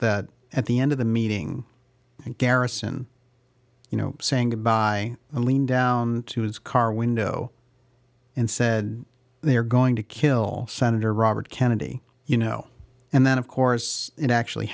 that at the end of the meeting garrison you know saying goodbye and leaned down to his car window and said they're going to kill senator robert kennedy you know and then of course it actually